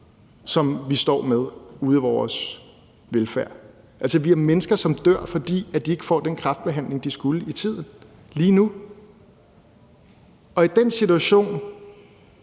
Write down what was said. som vi står med på velfærdsområdet. Altså, vi har lige nu mennesker, som dør, fordi de ikke får den kræftbehandling, de skulle, i tide, og i den situation